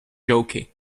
jockey